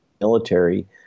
military